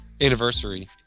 anniversary